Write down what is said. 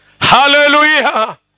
Hallelujah